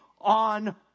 on